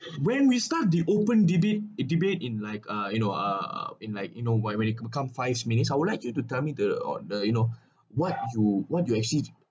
when we start the open debate debate in like uh you know uh in like you know what when it become five minutes I would like you to tell me the uh the you know what you what your exceed